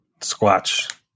Squatch